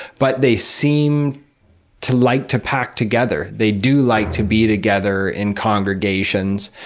but they seem to like to pack together. they do like to be together in congregations.